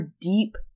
deep